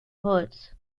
holz